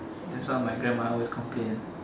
that's why my grandma always complain